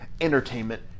Entertainment